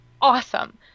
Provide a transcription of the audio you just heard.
awesome